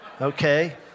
okay